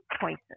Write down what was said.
choices